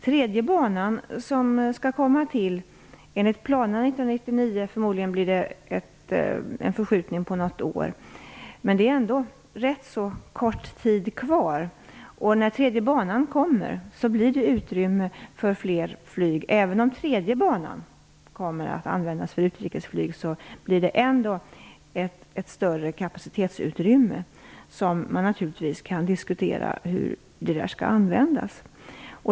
Tredje banan skall enligt planerna komma till 1999. Förmodligen blir det en förskjutning på något år, men det är ändå rätt så kort tid kvar. När tredje banan kommer blir det utrymme för fler flyg. Även om banan kommer att användas för utrikesflyg blir det ändå ett större kapacitetsutrymme. Man kan naturligtvis diskutera hur det skall användas.